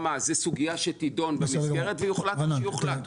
זו סוגייה שתידון במסגרת, ויוחלט מה שיוחלט.